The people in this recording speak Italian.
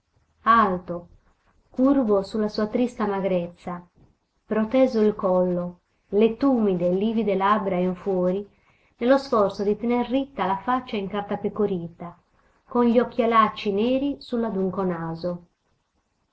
alto curvo su la sua trista magrezza proteso il collo le tumide e livide labbra in fuori nello sforzo di tener ritta la faccia incartapecorita con gli occhialacci neri su l'adunco naso